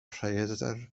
rhaeadr